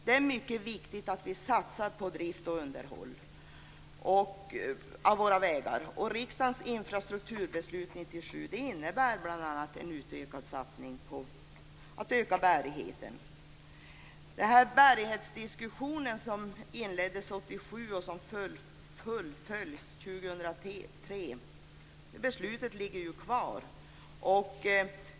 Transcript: Det är mycket viktigt att vi satsar på drift och underhåll av våra vägar. Riksdagens infrastrukturbeslut 1997 innebar bl.a. en utökade satsning på ökad bärighet. När det gäller den bärighetsdiskussion som inleddes 1987 och som skall fullföljas till år 2003 ligger det beslutet kvar.